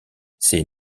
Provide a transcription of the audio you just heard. c’est